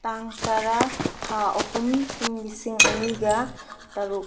ꯇꯥꯡ ꯇꯔꯥ ꯊꯥ ꯑꯍꯨꯝ ꯏꯪ ꯂꯤꯁꯤꯡ ꯑꯅꯤꯒ ꯇꯔꯨꯛ